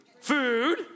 Food